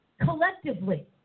Collectively